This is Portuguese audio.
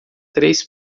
três